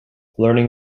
learning